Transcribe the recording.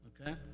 Okay